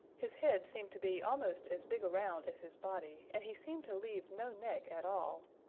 his head seemed to be almost as big around as his body, and he seemed to leave no neck at all.